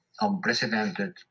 unprecedented